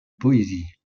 poésie